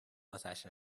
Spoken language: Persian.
آتش